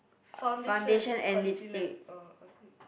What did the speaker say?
foundation concealer oh okay